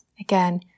Again